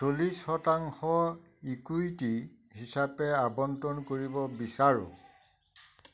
চল্লিছ শতাংশ ইকুইটি হিচাপে আবণ্টন কৰিব বিচাৰোঁ